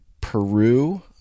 Peru